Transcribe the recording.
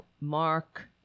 Mark